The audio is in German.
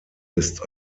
ist